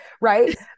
right